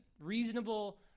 reasonable